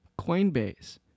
Coinbase